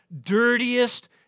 dirtiest